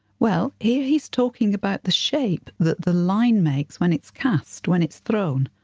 well, here he's talking about the shape that the line makes when it's cast, when it's thrown.